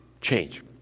change